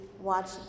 watch